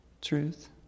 truth